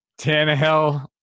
Tannehill